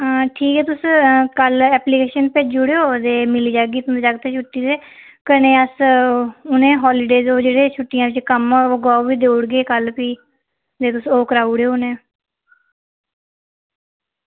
आं ठीक ऐ तुस कल्ल एप्लीकेशन भेजी ओड़ेओ मिली जाह्गी तुं'दे जागतें गी छुट्टी ते कन्नै उ'नें गी हॉलीडे छुट्टियें उप्पर कम्म होग ओह्बी देई ओड़गे भी भी तुस ओह् कराई ओड़ेओ उ'नेंगी